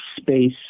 space